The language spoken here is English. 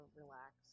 relax